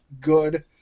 good